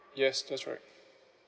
yes that's right